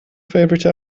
favorite